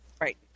right